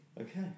Okay